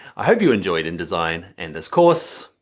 i hope you're enjoyed indesign, and this course.